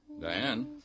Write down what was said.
Diane